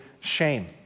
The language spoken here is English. shame